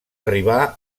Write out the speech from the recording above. arribà